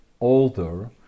older